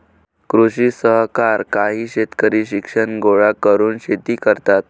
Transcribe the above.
कृषी सहकार काही शेतकरी शिक्षण गोळा करून शेती करतात